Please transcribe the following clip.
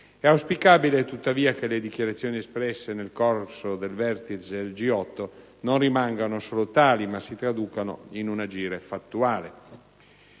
È auspicabile che le dichiarazioni espresse nel corso del vertice del G8 non rimangano solo tali, ma si traducano in un agire fattuale.